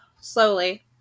slowly